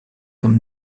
comme